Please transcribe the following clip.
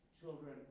children